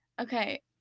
Okay